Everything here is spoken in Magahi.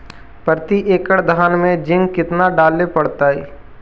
प्रती एकड़ धान मे जिंक कतना डाले पड़ताई?